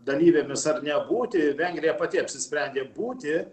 dalyvėmis ar nebūti vengrija pati apsisprendė būti